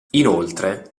inoltre